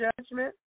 judgment